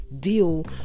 deal